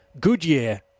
Goodyear